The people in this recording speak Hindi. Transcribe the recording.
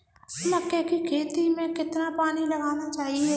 मक्के की खेती में कितना पानी लगाना चाहिए?